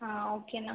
ஆ ஓகேண்ணா